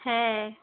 হ্যাঁ